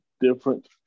different